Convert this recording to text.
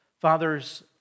Fathers